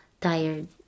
tired